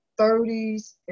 30s